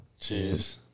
Jeez